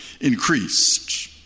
increased